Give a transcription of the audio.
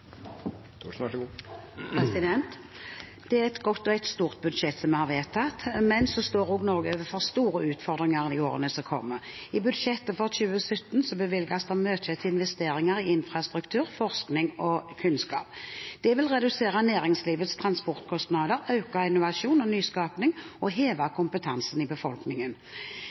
vedtatt, men så står også Norge overfor store utfordringer i årene som kommer. I budsjettet for 2017 bevilges det mye til investeringer i infrastruktur, forskning og kunnskap. Det vil redusere næringslivets transportkostnader, øke innovasjon og nyskaping og heve kompetansen i befolkningen.